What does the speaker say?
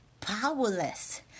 powerless